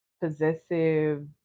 possessive